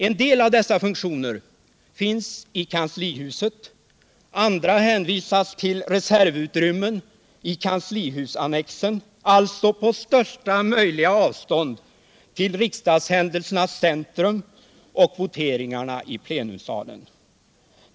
En del av dessa funktioner finns i kanslihuset, andra hänvisas till reservutrymmen i kanslihusannexen, alltså på största möjliga avstånd från riksdagshändelsernas centrum och voteringarna i plenisalen.